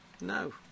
No